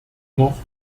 noch